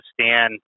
stand